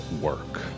work